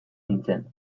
nintzen